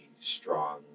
strong